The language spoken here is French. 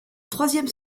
troisième